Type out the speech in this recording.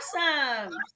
Awesome